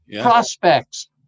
Prospects